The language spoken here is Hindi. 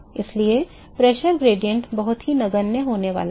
इसलिए दबाव प्रवणता बहुत ही नगण्य होने वाली है